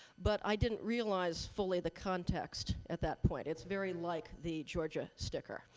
but i didn't realize fully the context at that point. it's very like the georgia sticker,